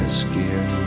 skin